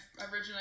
originally